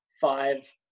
five